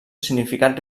significat